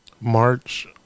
March